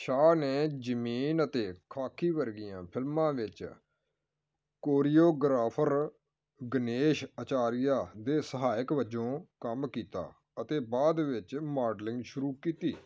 ਸ਼ਾਹ ਨੇ ਜ਼ਮੀਨ ਅਤੇ ਖਾਕੀ ਵਰਗੀਆਂ ਫ਼ਿਲਮਾਂ ਵਿੱਚ ਕੋਰੀਓਗ੍ਰਾਫਰ ਗਣੇਸ਼ ਆਚਾਰੀਆ ਦੇ ਸਹਾਇਕ ਵਜੋਂ ਕੰਮ ਕੀਤਾ ਅਤੇ ਬਾਅਦ ਵਿੱਚ ਮਾਡਲਿੰਗ ਸ਼ੁਰੂ ਕੀਤੀ